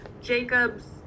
jacob's